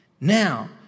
Now